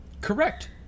Correct